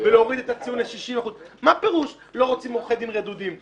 ונוריד את הציון ל-60% מה פירוש לא רוצים עורכי דין רדודים?